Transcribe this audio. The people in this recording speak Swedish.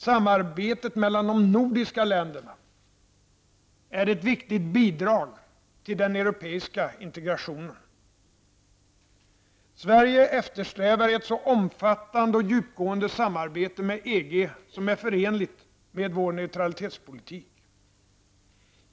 Samarbetet mellan de nordiska länderna är ett viktigt bidrag till den europeiska integrationen. Sverige eftersträvar ett så omfattande och djupgående samarbete med EG som är förenligt med vår neutralitetspolitik.